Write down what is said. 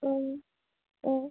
অঁ অঁ